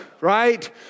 right